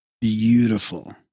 Beautiful